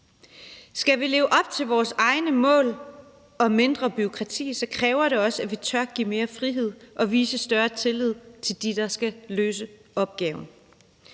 Skal vi leve op til vores egne mål om mindre bureaukrati, kræver det også, at vi tør give mere frihed og vise større tillid til dem, der skal løse opgaverne.